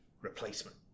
replacement